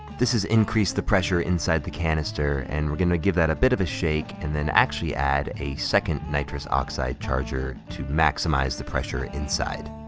this has increased the pressure inside the canister and we're gonna give that a bit of a shake, and then actually add a second nitrous oxide charger to maximize the pressure inside.